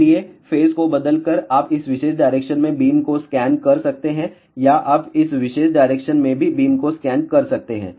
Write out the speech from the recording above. इसलिए फेज को बदलकर आप इस विशेष डायरेक्शन में बीम को स्कैन कर सकते हैं या आप इस विशेष डायरेक्शन में भी बीम को स्कैन कर सकते हैं